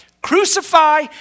Crucify